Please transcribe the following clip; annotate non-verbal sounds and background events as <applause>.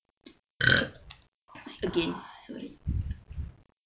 <noise> again sorry